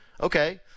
Okay